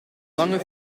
lange